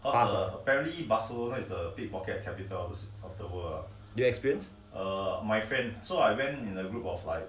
past ah you experience